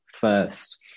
first